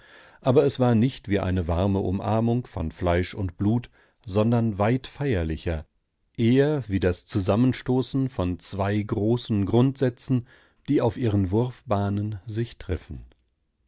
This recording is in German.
aber es war nicht wie eine warme umarmung von fleisch und blut sondern weit feierlicher eher wie das zusammenstoßen von zwei großen grundsätzen die auf ihren wurfbahnen sich treffen